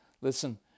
listen